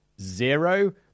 Zero